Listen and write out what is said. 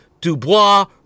Dubois